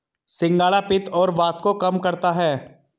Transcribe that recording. सिंघाड़ा पित्त और वात को कम करता है